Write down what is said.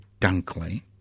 Dunkley